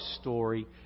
story